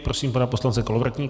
Prosím pana poslance Kolovratníka.